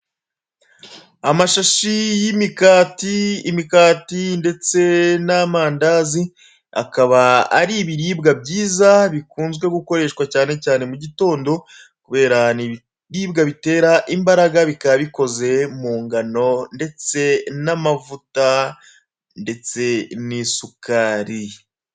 Amashashi y'imikati, imikati ndetse n'amandazi akaba ari ibiribwa byiza bikunzwe gukoreshwa cyane cyane mu gitondo, kubera ni ibiribwa bitera imbaraga, bikaba bikoze mu ngano ndetse n'amavuta ndetse n'isukari.